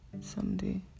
someday